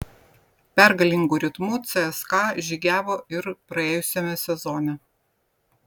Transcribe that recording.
pergalingu ritmu cska žygiavo ir praėjusiame sezone